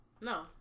No